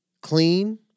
clean